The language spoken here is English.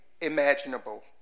imaginable